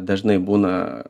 dažnai būna